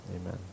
Amen